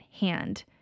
hand